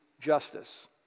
justice